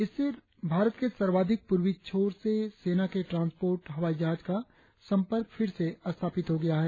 इससे भारत के सर्वाधिक पूर्वी छोर से सेना के ट्रांसपोर्ट हवाई जहाज का संपर्क फिर स्थापित हो गया है